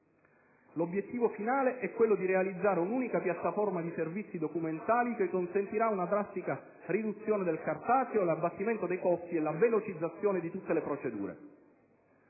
L'obiettivo finale è quello di realizzare un'unica «piattaforma di servizi documentali» che consentirà una drastica riduzione del cartaceo, l'abbattimento dei costi e la velocizzazione di tutte le procedure.